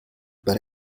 but